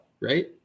right